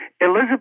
Elizabeth